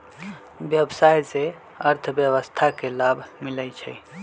व्यवसाय से अर्थव्यवस्था के लाभ मिलइ छइ